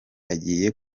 agiye